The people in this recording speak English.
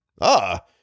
Ah